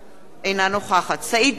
אינה נוכחת סעיד נפאע,